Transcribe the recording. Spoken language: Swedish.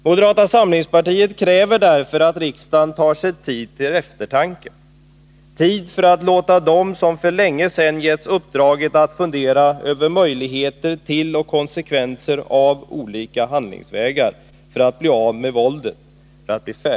Moderata samlingspartiet kräver därför att riksdagen tar sig tid till eftertanke, tid för att låta dem bli färdiga med sitt arbete som för länge sedan givits uppdraget att fundera över möjligheter till och konsekvenser av olika handlingsvägar för att bli av med våldet.